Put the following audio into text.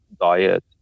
diet